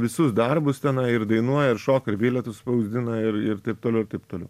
visus darbus tenai ir dainuoja ir šoka bilietus spausdina ir ir taip toliau ir taip toliau